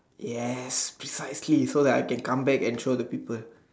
yes precisely so that I can come back and show the people